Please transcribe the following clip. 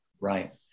Right